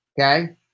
Okay